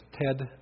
Ted